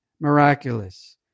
miraculous